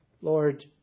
Lord